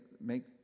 make